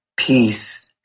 Peace